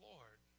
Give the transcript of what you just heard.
Lord